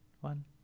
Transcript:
one